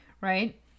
right